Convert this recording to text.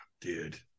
dude